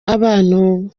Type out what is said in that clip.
abantu